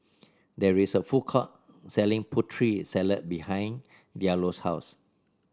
there is a food court selling Putri Salad behind Diallo's house